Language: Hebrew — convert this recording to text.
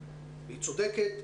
והיא צודקת.